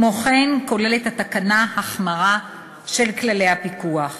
כמו-כן כוללת התקנה החמרה של כללי הפיקוח.